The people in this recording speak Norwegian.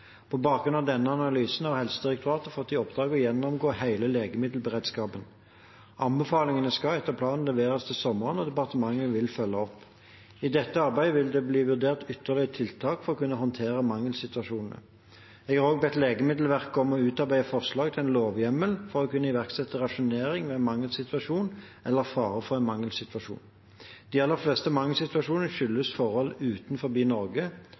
På bakgrunn av denne analysen har Helsedirektoratet fått i oppdrag å gjennomgå hele legemiddelberedskapen. Anbefalingene skal etter planen leveres til sommeren, og departementet vil følge opp. I dette arbeidet vil det bli vurdert ytterligere tiltak for å kunne håndtere mangelsituasjonene. Jeg har også bedt Legemiddelverket om å utarbeide forslag til en lovhjemmel for å kunne iverksette rasjonering ved en mangelsituasjon eller ved fare for en mangelsituasjon. De aller fleste mangelsituasjonene skyldes forhold utenfor Norge,